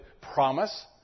promise